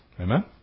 Amen